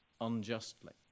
unjustly